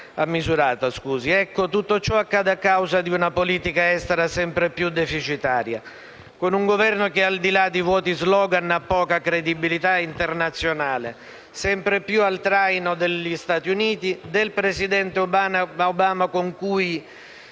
Tutto ciò accade a causa di una politica estera sempre più deficitaria, con un Governo che, al di là di vuoti *slogan*, ha poca credibilità internazionale, sempre più al traino degli Stati Uniti del presidente Obama, con cui